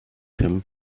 him